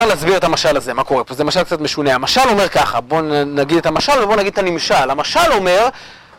אני רוצה להסביר את המשל הזה, מה קורה פה, זה משל קצת משונה, המשל אומר ככה, בוא נגיד את המשל ובוא נגיד את הנמשל, המשל אומר